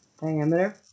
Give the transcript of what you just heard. Diameter